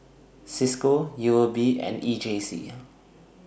CISCO U O B and E J C